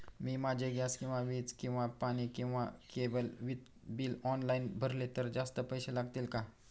मी माझे गॅस किंवा वीज किंवा पाणी किंवा केबल बिल ऑनलाईन भरले तर जास्त पैसे लागतील का?